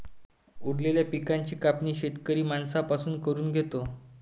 उरलेल्या पिकाची कापणी शेतकरी माणसां पासून करून घेतो